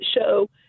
show